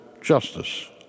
justice